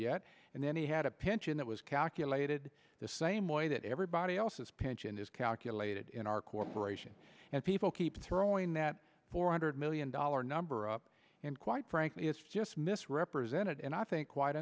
yet and then he had a pension that was calculated the same way that everybody else's pension is calculated in our corporation and people keep throwing that four hundred million dollar number up and quite frankly it's just misrepresented and i think quite